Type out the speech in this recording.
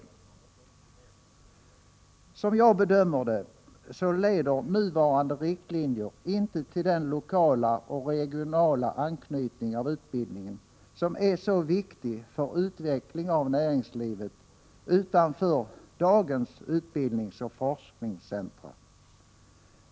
Enligt min bedömning leder nuvarande riktlinjer inte till den lokala och regionala anknytning av utbildningen som är så viktig för utvecklingen av näringslivet utanför dagens utbildningsoch forskningscentra.